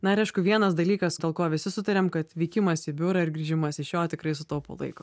na ir aišku vienas dalykas dėl ko visi sutarėm kad vykimas į biurą ir grįžimas iš jo tikrai sutaupo laiko